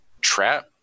trap